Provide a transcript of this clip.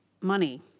money